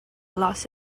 lost